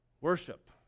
worship